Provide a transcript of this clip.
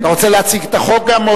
אתה רוצה להציג את החוק גם או,